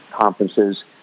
conferences